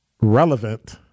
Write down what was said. relevant